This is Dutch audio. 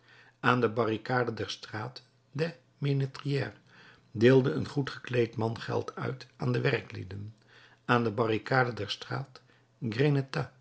aan de barricade der straat des menetriers deelde een goed gekleed man geld uit aan de werklieden aan de barricade der straat